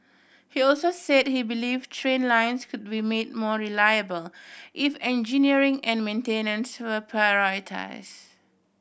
he also said he believe train lines could be made more reliable if engineering and maintenance were prioritise